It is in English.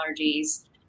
allergies